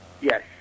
Yes